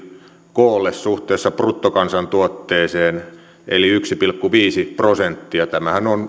koolle suhteessa bruttokansantuotteeseen eli yksi pilkku viisi prosenttia tämähän on